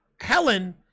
Helen